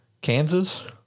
Kansas